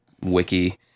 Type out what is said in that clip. wiki